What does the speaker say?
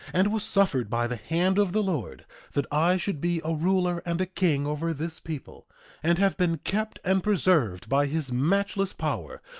and was suffered by the hand of the lord that i should be a ruler and a king over this people and have been kept and preserved by his matchless power,